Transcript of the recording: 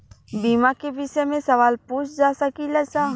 बीमा के विषय मे सवाल पूछ सकीलाजा?